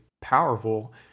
powerful